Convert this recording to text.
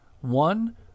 One